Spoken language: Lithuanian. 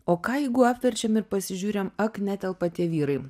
o ką jeigu apverčiam ir pasižiūrim ak netelpa tie vyrai